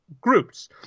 groups